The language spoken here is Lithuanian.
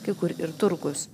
kai kur ir turgūs